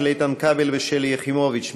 של איתן כבל ושלי יחימוביץ,